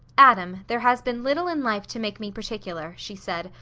adam, there has been little in life to make me particular, she said,